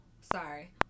Sorry